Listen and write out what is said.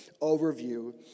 overview